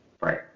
Right